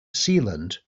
sealant